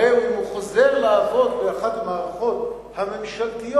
הרי אם הוא חוזר לעבוד באחת מהמערכות הממשלתיות,